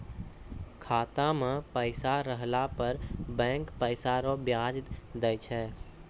खाता मे पैसा रहला पर बैंक पैसा रो ब्याज दैय छै